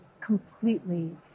completely